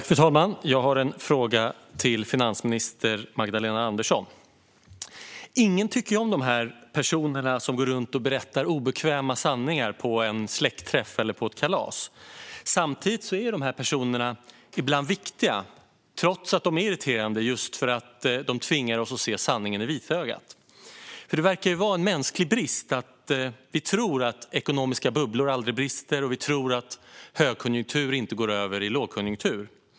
Fru talman! Jag har en fråga till finansminister Magdalena Andersson. Ingen tycker om personer som går runt och berättar obekväma sanningar på en släktträff eller på ett kalas. Samtidigt är de personerna ibland viktiga, trots att de är irriterande, just för att de tvingar oss att se sanningen i vitögat. Det verkar nämligen finnas en mänsklig brist: Vi tror att ekonomiska bubblor aldrig brister, och vi tror att högkonjunktur inte går över i lågkonjunktur.